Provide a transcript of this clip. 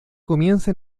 comienza